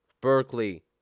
Berkeley